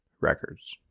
records